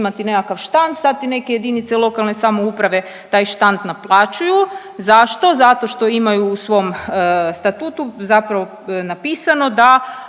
imati nekakav štand i sad ti neke jedinice lokalne samouprave taj štand naplaćuju. Zašto? Zato što imaju u svom Statutu zapravo napisano da